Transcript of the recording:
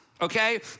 okay